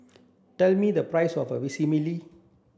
tell me the price of Vermicelli